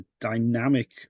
dynamic